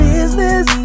Business